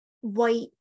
white